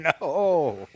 no